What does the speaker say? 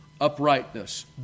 uprightness